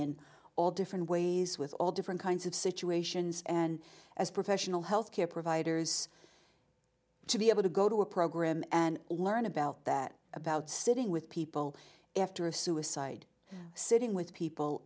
in all different ways with all different kinds of situations and as professional health care providers to be able to go to a program and learn about that about sitting with people after a suicide sitting with people